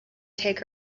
take